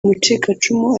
umucikacumu